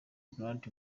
donald